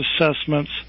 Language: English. assessments